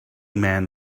man